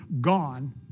gone